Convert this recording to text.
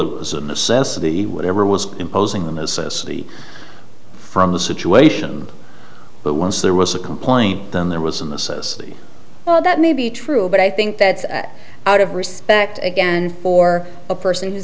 it was a necessity whatever was imposing the necessity from the situation but once there was a complaint then there was a necessity well that may be true but i think that out of respect again for a person who